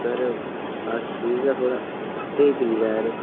sir बस ठीक ऐ सर लत्तै ई पीड़ ऐ यरो